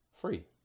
Free